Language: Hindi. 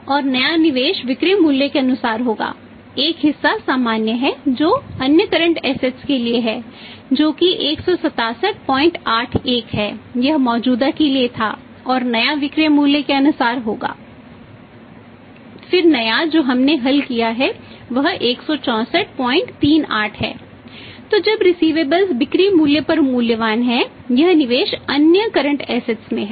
और नया निवेश विक्रय मूल्य के अनुसार होगा एक हिस्सा सामान्य है जो अन्य करंट एसेट्स में है